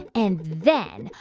and then,